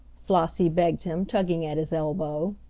flossie begged him, tugging at his elbow.